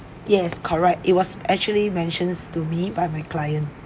yes correct it was actually mentions to me by my client